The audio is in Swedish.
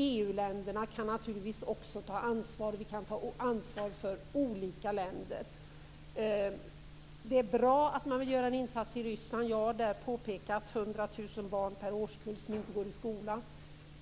EU-länderna kan naturligtvis också ta ansvar. Vi kan ta ansvar för olika länder. Det är bra att man vill göra en insats i Ryssland. Jag har påpekat att hundratusen barn per årskull där inte går i skolan.